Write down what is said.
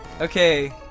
Okay